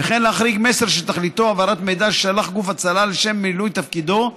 וכן להחריג מסר שתכליתו העברת מידע ששלח גוף הצלה לשם מילוי תפקידו,